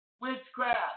witchcraft